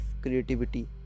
creativity